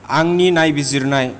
आंनि नायबिजिरनाय